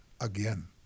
again